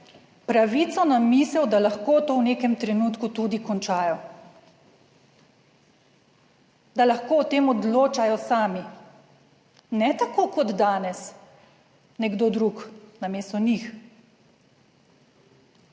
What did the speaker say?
pravico na misel, da lahko to v nekem trenutku tudi končajo, da lahko o tem odločajo sami, ne tako kot danes nekdo drug namesto njih.